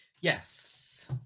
Yes